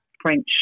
French